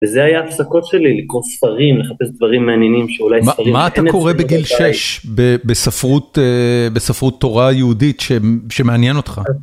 וזה היה ההפסקות שלי, לקרוא ספרים, לחפש דברים מעניינים שאולי ספרים... מה אתה קורא בגיל 6 בספרות תורה יהודית שמעניין אותך?